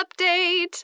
update